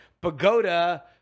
Pagoda